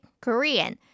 Korean